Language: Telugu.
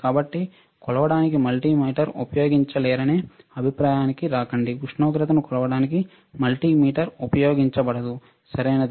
కాబట్టి కొలవడానికి మల్టీమీటర్ ఉపయోగించలేరనే అభిప్రాయానికి రాకండి ఉష్ణోగ్రతను కొలవడానికి మల్టీమీటర్ ఉపయోగించబడదు సరియైనది